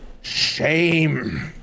Shame